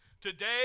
Today